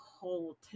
whole